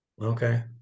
Okay